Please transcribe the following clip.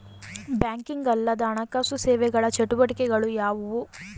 Banking ಅಲ್ಲದ ಹಣಕಾಸು ಸೇವೆಗಳ ಚಟುವಟಿಕೆಗಳು ಯಾವುವು?